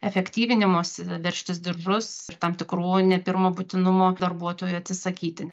efektyvinimosi veržtis diržus tam tikrų ne pirmo būtinumo darbuotojų atsisakyti